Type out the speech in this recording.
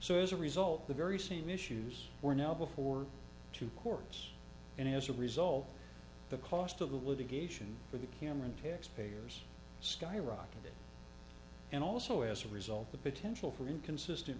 so as a result the very same issues were now before two cores and as a result the cost of the litigation for the cameron taxpayers skyrocketed and also as a result the potential for inconsistent